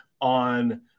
on